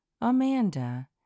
Amanda